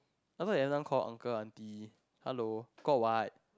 I thought you everytime call uncle auntie hello got what